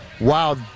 wow